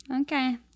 Okay